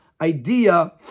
idea